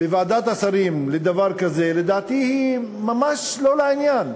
בוועדת השרים לדבר כזה, לדעתי היא ממש לא לעניין.